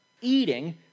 eating